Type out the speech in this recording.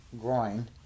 groin